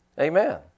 Amen